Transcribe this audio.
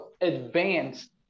advanced